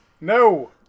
No